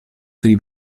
tri